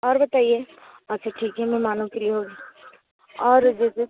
और बताइए अच्छा ठीक है मेहमानों के लिए हो गई और जैसे